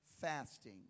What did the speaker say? fasting